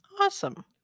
Awesome